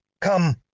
come